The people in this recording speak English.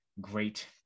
great